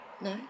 No